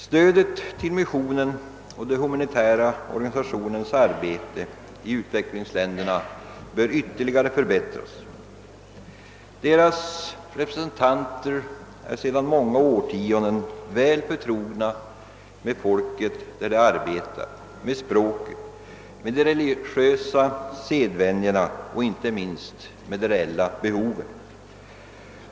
Stödet till missionen och de humanitära organisationernas arbete i utvecklingsländerna bör ytterligare förbättras — de som utför detta arbete är sedan många årtionden väl förtrogna med folket i det land där de arbetar, med språket, med de religiösa sedvänjorna och inte minst med de reella behoven.